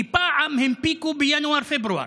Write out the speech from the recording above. כי פעם הנפיקו בינואר-פברואר.